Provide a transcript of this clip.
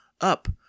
Up